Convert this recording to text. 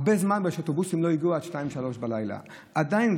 הרבה זמן בגלל שאוטובוסים לא הגיעו עד 02:00 03:00. עדיין,